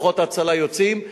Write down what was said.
כוחות ההצלה יוצאים.